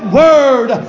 word